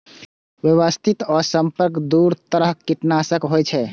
व्यवस्थित आ संपर्क दू तरह कीटनाशक होइ छै